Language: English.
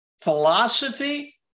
Philosophy